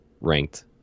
ranked